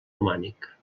romànic